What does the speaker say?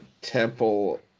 Temple